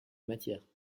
matière